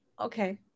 Okay